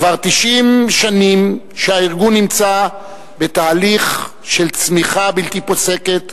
כבר 90 שנים שהארגון נמצא בתהליך של צמיחה בלתי פוסקת,